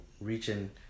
reaching